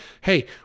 hey